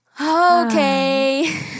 Okay